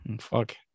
Fuck